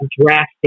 drastic